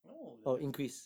no never